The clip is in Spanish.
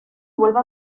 vuelve